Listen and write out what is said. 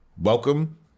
welcome